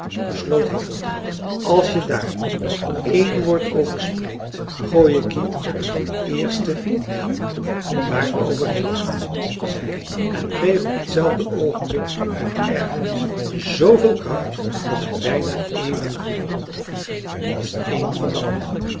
hij vol te houden als je daar nog één woord over spreekt gooi ik je in de eerste mergelgroeve waar we over heen komen zei hij en kreeg op t zelfde oogenblik uit ergernis zoo veel kracht dat hij bijna even goed begon te vliegen als een van de anderen